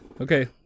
Okay